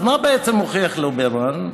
אז מה בעצם הוכיח ליברמן?